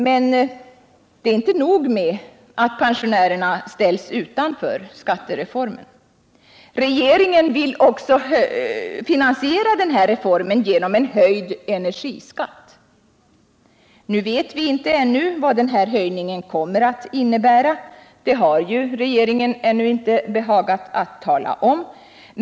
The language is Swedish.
Men det är inte nog med att pensionärerna ställs utanför skattereformen. Regeringen vill också finansiera reformen genom en höjd energiskatt. Nu vet vi ännu inte vad denna höjning kommer att innebära. Det har regeringen ännu inte behagat tala om.